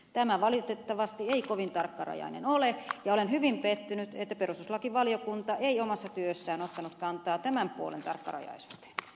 tämä ei valitettavasti kovin tarkkarajainen määritelmä ole ja olen hyvin pettynyt että perustuslakivaliokunta ei omassa työssään ottanut kantaa tämän puolen tarkkarajaisuuteen